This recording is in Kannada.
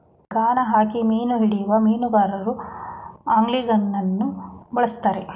ಗಾಣ ಹಾಕಿ ಮೀನು ಹಿಡಿಯುವ ಮೀನುಗಾರರು ಆಂಗ್ಲಿಂಗನ್ನು ಬಳ್ಸತ್ತರೆ